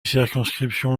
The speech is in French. circonscriptions